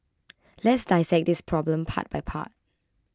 let's dissect this problem part by part